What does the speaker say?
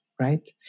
right